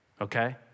okay